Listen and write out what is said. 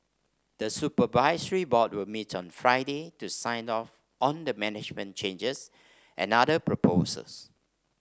the supervisory board will meet on Friday to sign off on the management changes and other proposals